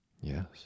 Yes